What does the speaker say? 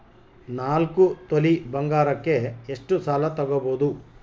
ನಾಲ್ಕು ತೊಲಿ ಬಂಗಾರಕ್ಕೆ ಎಷ್ಟು ಸಾಲ ತಗಬೋದು?